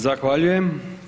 Zahvaljujem.